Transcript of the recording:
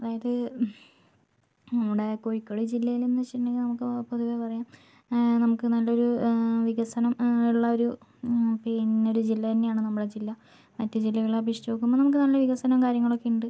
അതായത് നമ്മുടെ കോഴിക്കോട് ജില്ലയിൽ എന്നു വച്ചിട്ടുണ്ടെങ്കിൽ നമുക്ക് പൊതുവെ പറയാം നമുക്ക് നല്ലൊരു വികസനം ഉള്ളൊരു പിന്നെ ഒരു ജില്ല തന്നെയാണ് നമ്മുടെ ജില്ല മറ്റു ജില്ലകളെ അപേഷിച്ച് നോക്കുമ്പം നമുക്ക് നല്ല വികസനവും കാര്യങ്ങളൊക്കെ ഉണ്ട്